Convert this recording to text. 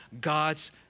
God's